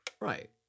right